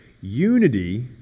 Unity